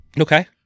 Okay